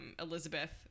Elizabeth